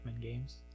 games